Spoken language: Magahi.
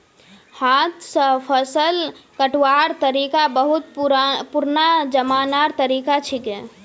हाथ स फसल कटवार तरिका बहुत पुरना जमानार तरीका छिके